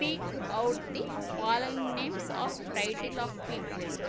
speak out the following names of title of people